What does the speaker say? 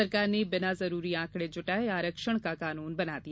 सरकार ने बिना जरूरी आंकड़े जुटाए आरक्षण का कानून बना दिया